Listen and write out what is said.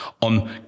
on